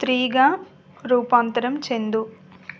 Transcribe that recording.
స్త్రీగా రూపాంతరం చెందు